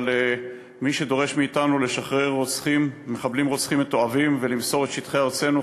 אבל מי שדורש מאתנו לשחרר מחבלים רוצחים מתועבים ולמסור את שטחי ארצנו,